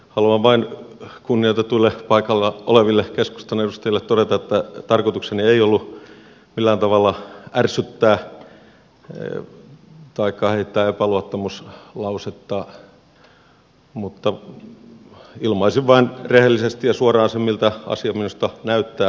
haluan vain kunnioitetuille paikalla oleville keskustan edustajille todeta että tarkoitukseni ei ollut millään tavalla ärsyttää taikka heittää epäluottamuslausetta mutta ilmaisin vain rehellisesti ja suoraan sen miltä asia minusta näyttää